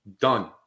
done